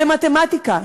למתמטיקה,